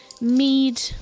mead